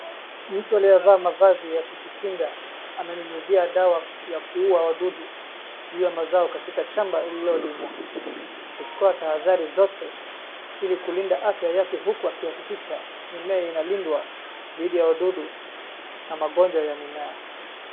Mtu aliyavaa mavazi ya kujikinga ananyunyuzia dawa ya kuua wadudu juu ya mazao katika shamba lililimwa. Akichukua tahadhari zote ili kulinda afya yake huku akihakikisha mimea inalindwa dhidi ya wadudu na magonjwa ya mimea.